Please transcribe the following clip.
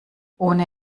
ohne